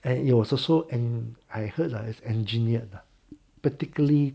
and it was also and I heard lah it was engineered lah particularly